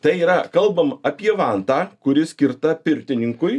tai yra kalbam apie vantą kuri skirta pirtininkui